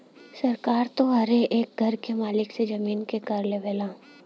सरकार त हरे एक घर के मालिक से जमीन के कर लेवला